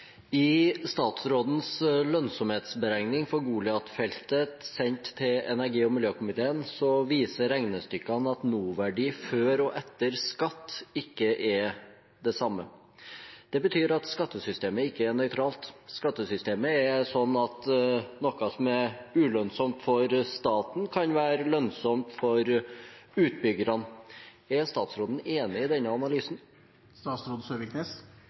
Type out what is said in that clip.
I statsrådens lønnsomhetsberegning for Goliat-feltet, sendt til energi- og miljøkomiteen, viser regnestykkene at nåverdi før og etter skatt ikke er det samme. Det betyr at skattesystemet ikke er nøytralt. Skattesystemet er slik at noe som er ulønnsomt for staten, kan være lønnsomt for utbyggerne. Er statsråden enig i denne analysen?